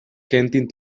quentin